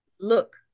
look